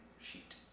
sheet